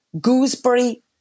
gooseberry